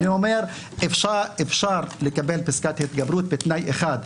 אני אומר שאפשר לקבל פסקת התגברות בתנאי אחד,